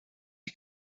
you